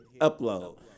upload